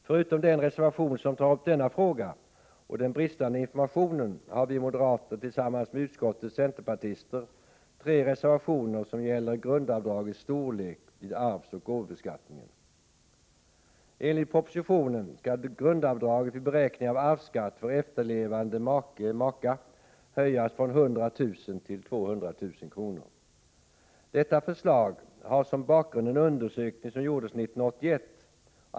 Förutom den reservation som tar upp denna fråga och den bristande informationen har vi moderater tillsammans med utskottets centerpartister tre reservationer som gäller grundavdragets storlek vid arvsoch gåvobeskattningen. Enligt propositionen skall grundavdraget vid beräkning av arvsskatt för efterlevande make/maka höjas från 100 000 kr. till 200 000 kr. Detta förslag har som bakgrund en undersökning som gjordes 1981.